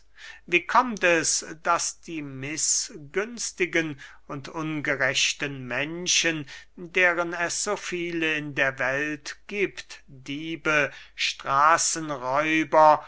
wie kommt es daß die mißgünstigen und ungerechten menschen deren es so viele in der welt giebt diebe straßenräuber